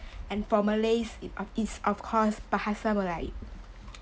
and for malays is of course bahasa melayu